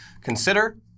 consider